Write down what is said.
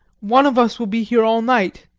one of us will be here all night.